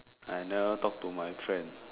I never talk to my friend